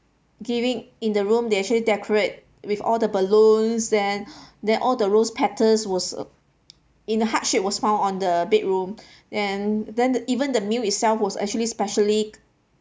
giving in the room they actually decorate with all the balloons then then all the rose petals was in the heart shape was found on the bedroom then then the even the meal itself was actually specially